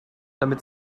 damit